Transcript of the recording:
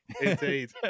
Indeed